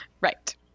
Right